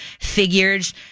figures